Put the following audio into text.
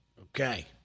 okay